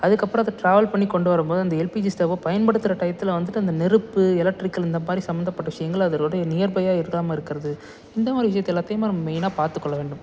அதுக்கப்புறம் அது ட்ராவல் பண்ணி கொண்டு வரும்போது அந்த எல்பிஜி ஸ்டவ்வை பயன்படுத்துகிற டயத்தில் வந்துட்டு அந்த நெருப்பு எலக்ட்ரிக்கல் இந்த மாதிரி சம்பந்தப்பட்ட விஷயங்களை அதனோட நியர்பையாக இருக்காமல் இருக்கிறது இந்த மாதிரி விஷயத்தை எல்லாத்தையுமே நம்ம மெயினாக பார்த்துக்கொள்ள வேண்டும்